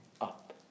up